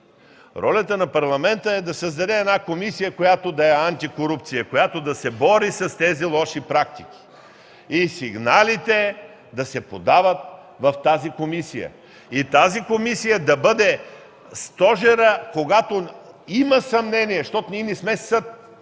Ролята на Парламента е да създаде една комисия, която да е антикорупционна, която да се бори с тези лоши практики и сигналите да се подават в тази комисия. Тази комисия да бъде стожерът, когато има съмнения, защото ние не сме съд,